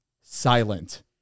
Silent